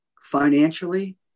financially